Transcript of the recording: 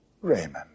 Raymond